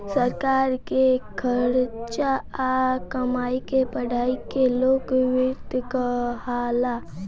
सरकार के खर्चा आ कमाई के पढ़ाई के लोक वित्त कहाला